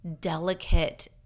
delicate